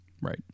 Right